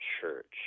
church